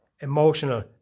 emotional